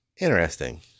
Interesting